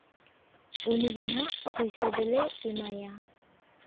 ᱩᱱᱤ ᱜᱮ ᱱᱟᱦᱟᱜ ᱯᱚᱭᱥᱟ ᱫᱚᱞᱮ ᱮᱢᱟᱭᱟ